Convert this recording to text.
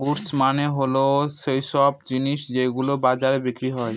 goods মানে হল সৈইসব জিনিস যেগুলো বাজারে বিক্রি হয়